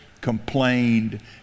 complained